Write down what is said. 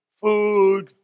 food